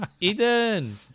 Eden